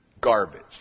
Garbage